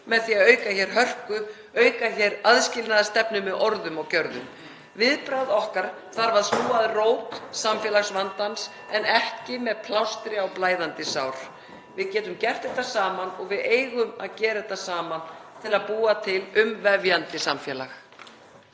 með því að auka hér hörku, auka aðskilnaðarstefnu með orðum og gjörðum. (Forseti hringir.) Viðbragð okkar þarf að snúa að rót samfélagsvandans (Forseti hringir.) en ekki með plástri á blæðandi sár. Við getum gert þetta saman og við eigum að gera þetta saman til að búa til umvefjandi samfélag.